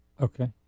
Okay